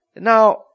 Now